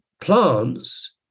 plants